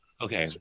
Okay